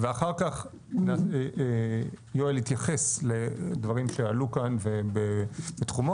ואחר כך יואל יתייחס לדברים שעלו כאן בתחומו,